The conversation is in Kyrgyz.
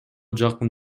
жакын